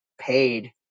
paid